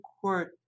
Court